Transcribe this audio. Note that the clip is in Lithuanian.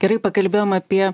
gerai pakalbėjom apie